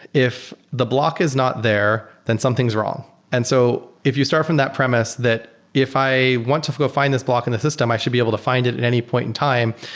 if the block is not there, then something is wrong. and so if you start from that premise that if i want to go find this block in a system, i should be able to find it at any point in time.